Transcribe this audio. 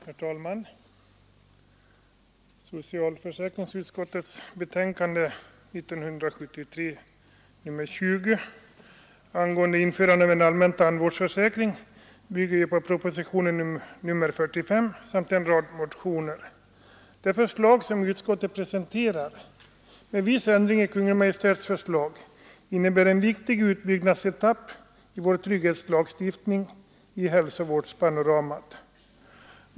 Herr talman! Socialförsäkringsutskottets betänkande 1973 :20 angående införande av en allmän tandvårdsförsäkring bygger på propositionen nr 45 samt en rad motioner. Det förslag som utskottet presenterar, med viss ändring av Kungl. Maj:ts förslag, innebär en viktig utbyggnadsetapp i vår trygghetslagstiftning inom hälsovårdens område.